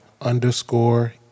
underscore